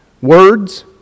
words